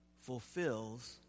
fulfills